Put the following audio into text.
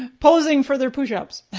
posing for their push ups.